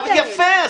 יפה.